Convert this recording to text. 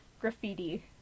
graffiti